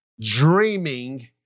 Dreaming